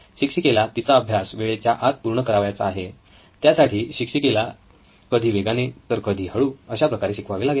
शिक्षिकेला तिचा अभ्यासक्रम वेळेच्या आत पूर्ण करावयाचा आहे त्यासाठी शिक्षिकेला कधी वेगाने तर कधी हळू अशाप्रकारे शिकवावे लागेल